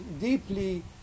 deeply